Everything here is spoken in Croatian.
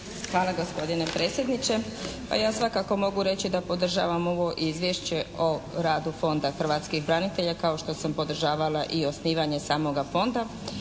Hvala gospodine predsjedniče. Pa ja svakako mogu reći da podržavam ovo Izvješće o radu Fonda hrvatskih branitelja kao što sam podržavala i osnivanje samoga Fonda.